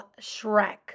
Shrek